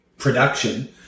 production